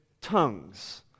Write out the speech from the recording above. tongues